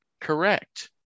Correct